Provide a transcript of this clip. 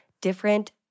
different